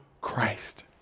Christ